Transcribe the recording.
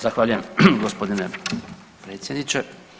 Zahvaljujem gospodine predsjedniče.